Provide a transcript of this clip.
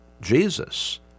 Jesus